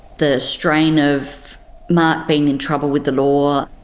the strain of mark being in trouble with the law,